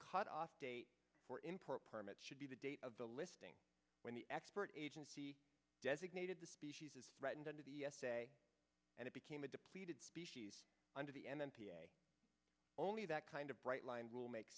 cutoff date for import permits should be the date of the listing when the expert agency designated the species is threatened and of e s a and it became a depleted species under the n p a only that kind of bright line rule make